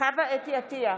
חוה אתי עטייה,